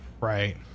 right